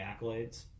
accolades